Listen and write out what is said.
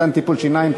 מתן טיפולי שיניים,